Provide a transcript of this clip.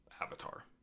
Avatar